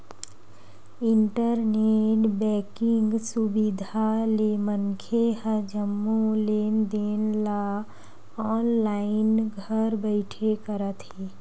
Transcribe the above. internet banking सुबिधा ले मनखे ह जम्मो लेन देन ल ऑनलाईन घर बइठे करत हे